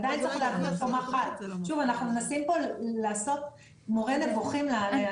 אנחנו מנסים פה לעשות מורה נבוכים לייצרנים.